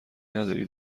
نداری